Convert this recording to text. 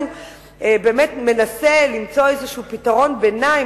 באמת מנסה למצוא איזה פתרון ביניים,